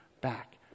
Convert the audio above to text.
back